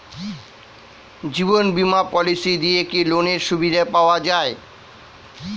জীবন বীমা পলিসি দিয়ে কি লোনের সুবিধা পাওয়া যায়?